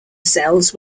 cells